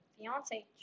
fiance